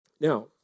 Now